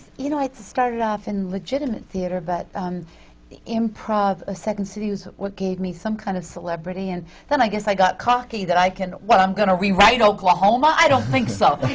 you know, i started off in legitimate theatre, but um improv, ah second city was what gave me some kind of celebrity. and then i guess i got cocky that i can what, i'm gonna rewrite oklahoma? i don't think so!